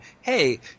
hey